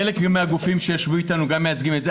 חלק מהגופים שישבו איתנו גם מייצגים את זה,